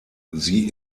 sie